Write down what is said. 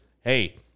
hey